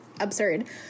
absurd